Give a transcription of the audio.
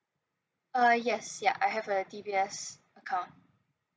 uh yes ya I have a D_B_S account